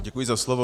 Děkuji za slovo.